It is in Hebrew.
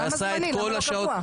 אז למה זמני, למה לא קבוע?